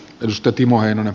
nosto timo heinonen